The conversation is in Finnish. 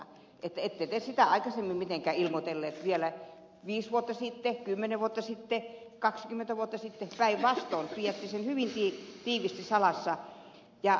ette te sitä mitenkään aikaisemmin ilmoitelleet vielä viisi vuotta sitten kymmenen vuotta sitten kaksikymmentä vuotta sitten päinvastoin piditte sen hyvin tiiviisti salassa